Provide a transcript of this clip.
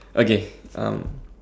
okay um